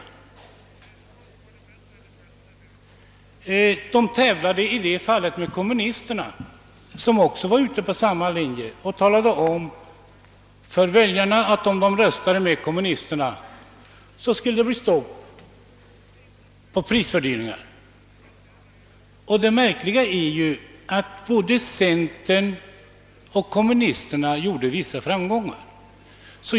I det fallet tävlade centerpartiet mot kommunisterna, som också var ute på samma linje. De talade om för väljarna att om de röstade med kommunisterna, skulle det bli stopp på prishöjningarna. Det märkliga är att både centerpartiet och kommunisterna hade vissa framgångar.